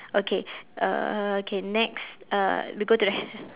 okay uh okay next uh we go to the h~